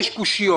יש קושיות.